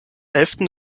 elften